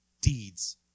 deeds